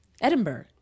Edinburgh